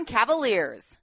Cavaliers